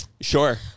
Sure